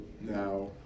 Now